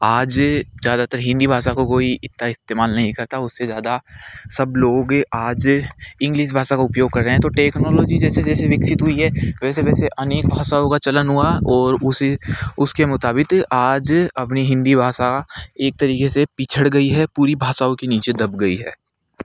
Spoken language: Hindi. आज ज़्यादातर हिंदी भाषा को कोई इतना इस्तेमाल नहीं करता उस से ज़्यादा सब लोगों के आज इंग्लिश भाषा का उपयोग करें तो टेक्नोलॉजी जैसे जैसे विकसित हुई है वैसे वैसे अनेक भाषाओं का चयन हुआ और उसी उस के मुताबिक़ आज अपनी हिंदी भाषा एक तरीक़े से पिछड़ गई है पूरी भाषाओं के नीचे दब गई है